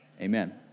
Amen